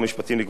באישור הוועדה,